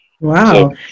Wow